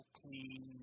clean